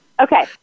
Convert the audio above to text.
Okay